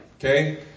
Okay